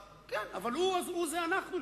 כן, אבל הוא זה אנחנו.